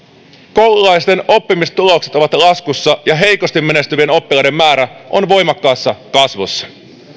koululaisten oppimistulokset ovat laskussa ja heikosti menestyvien oppilaiden määrä on voimakkaassa kasvussa